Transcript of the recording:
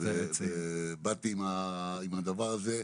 ובאתי עם הדבר הזה.